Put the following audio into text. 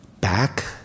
back